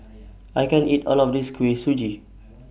I can't eat All of This Kuih Suji